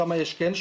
שם כן יש שמירה?